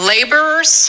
Laborers